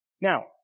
Now